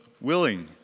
willing